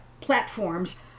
platforms